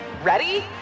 Ready